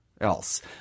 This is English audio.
else